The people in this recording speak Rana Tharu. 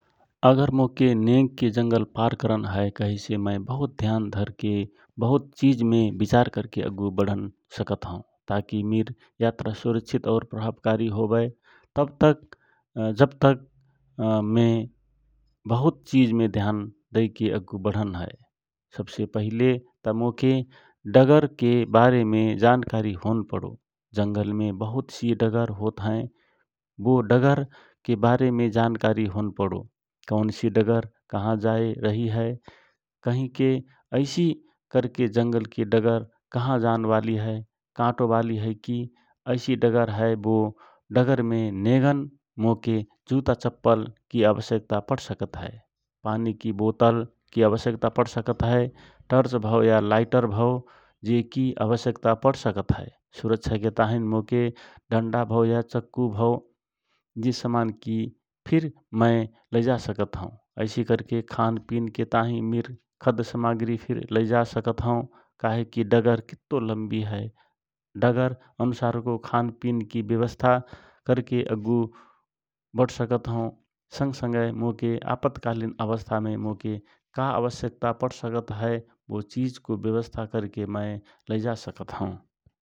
अगर मोके नेग के जंगल पार करना हए। कैसे मैं बहुत ध्यान धर के बहुत चीजे विचार करके और को बढ़ान हए ताकि मीर यात्रा सुरक्षित और प्रभावकारी होवए। तव जक ताही मो के बहुत चीज़ में ध्यान दइके अग्गु बढ़ाना हए। सबसे पहले त मोके डागर के बारे में जानकारी होना पड़ो जंगल में बहुत सी डगर होता हए। बो डगर के बारे में जानकारी होन पड़ो कौन सि डगर कहाँ जाए रही हए कहीं के ऐसी करके जंगल कि डगर कहाँ जानबाली हए मतलब कांटों वाली हए की कैसी डगर हए वो डगर मे नेगन मोके जुत्ता, चप्पल की आवश्यकता पड़ सकता हए। पानी की बोतल की आवश्यकता पड़ सकता हए । टोर्च भाव या लाइटर भाव जे की आवश्यकता पड़ सकता हए। सुरक्षा के तह मोके मतलब डंडा भाव या मतलब चक्कू भाव जे समान फिर मय लैजाय सकत हौ । ऐसी करके खान पीन के ताँहि मिर खाद्य सामग्री फिर लै जा सकत हौ कहे की डगर की तो लंबी हए डगर अनुसार को खाने पीने की व्यवस्था करके फिर अग्गु बढ सकत हौ । संग संगय मोके आपातकालीन अवस्था मोके का आवश्यकता पड़ सकता हए वो चीज़ मय वो चीज़ को व्यवस्था करके मयले जा सकत हौ ।